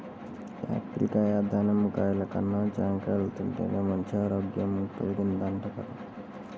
Apple కాయ, దానిమ్మ కాయల కన్నా జాంకాయలు తింటేనే మంచి ఆరోగ్యం కల్గిద్దంట గదా